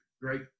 Great